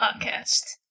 podcast